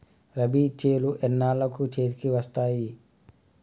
రబీ చేలు ఎన్నాళ్ళకు చేతికి వస్తాయి?